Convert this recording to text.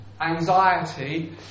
anxiety